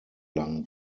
lang